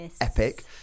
epic